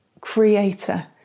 creator